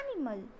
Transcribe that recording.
animal